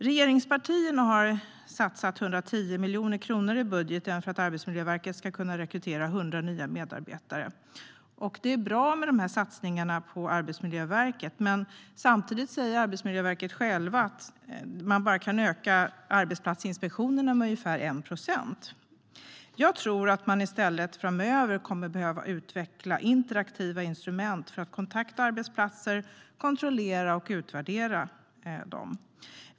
Regeringspartierna har satsat 110 miljoner kronor i budgeten för att Arbetsmiljöverket ska kunna rekrytera 100 nya medarbetare. Det är bra med satsningar på Arbetsmiljöverket, men samtidigt säger Arbetsmiljöverket att man bara kan öka arbetsplatsinspektionerna med ungefär 1 procent. Jag tror att man i stället behöver utveckla interaktiva instrument för att kontakta arbetsplatser och kontrollera och utvärdera dem.